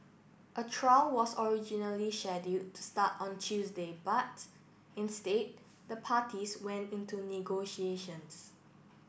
a trial was originally scheduled to start on Tuesday but instead the parties went into negotiations